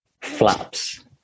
Flaps